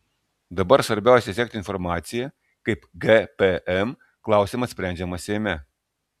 dabar svarbiausia sekti informaciją kaip gpm klausimas sprendžiamas seime